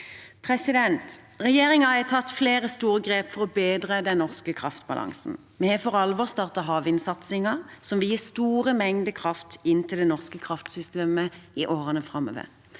landet. Regjeringen har tatt flere store grep for å bedre den norske kraftbalansen. Vi har for alvor startet havvindsatsingen, som vil gi store mengder kraft inn til det norske kraftsystemet i årene framover.